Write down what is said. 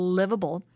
livable